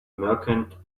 merchant